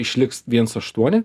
išliks viens aštuoni